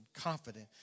confident